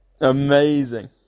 Amazing